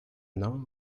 another